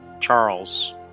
Charles